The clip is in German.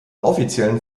offiziellen